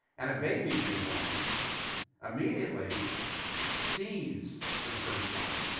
and a baby being born immediately sees for the first time,